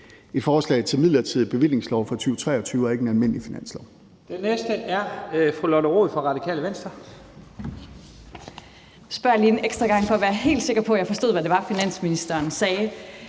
et forslag til en midlertidig bevillingslov for 2023 og ikke en almindelig finanslov.